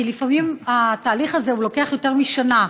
כי לפעמים התהליך הזה לוקח יותר משנה.